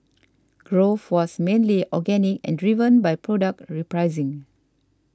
growth was mainly organic and driven by product repricing